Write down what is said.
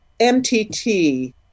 MTT